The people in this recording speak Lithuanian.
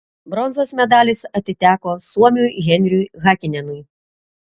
bronzos medalis atiteko suomiui henriui hakinenui